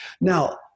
now